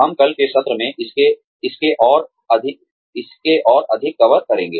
हम कल के सत्र में इसके और अधिक कवर करेंगे